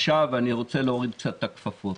עכשיו אני רוצה להוריד קצת את הכפפות.